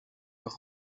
бага